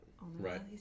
right